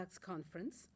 conference